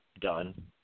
done